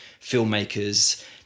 Filmmakers